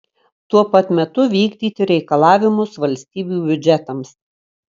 tuo pat metu vykdyti reikalavimus valstybių biudžetams